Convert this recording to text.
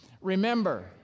remember